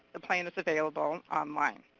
the plan is available online.